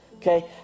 Okay